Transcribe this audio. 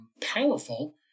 powerful